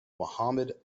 mohamed